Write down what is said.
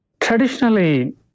Traditionally